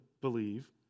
believe